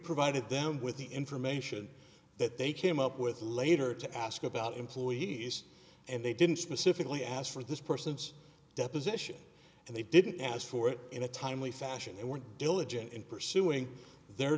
provided them with the information that they came up with later to ask about employees and they didn't specifically ask for this person's deposition and they didn't ask for it in a timely fashion and weren't diligent in pursuing their